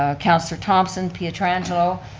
ah councilor thomson, pietrangelo,